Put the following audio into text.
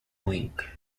week